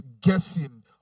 guessing